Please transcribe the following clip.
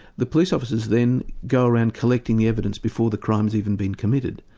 the police officers then go around collecting the evidence before the crime's even been committed.